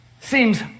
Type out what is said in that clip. seems